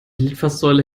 litfaßsäule